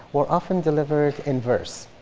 were often delivered in verse.